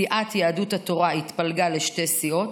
סיעת יהדות התורה התפלגה לשתי סיעות,